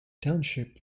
township